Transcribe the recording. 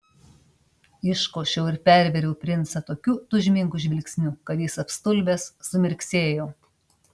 iškošiau ir pervėriau princą tokiu tūžmingu žvilgsniu kad jis apstulbęs sumirksėjo